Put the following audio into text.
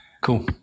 Cool